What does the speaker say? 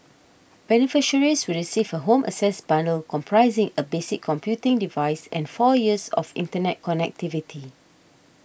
beneficiaries will receive a Home Access bundle comprising a basic computing device and four years of internet connectivity